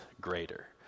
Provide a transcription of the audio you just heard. greater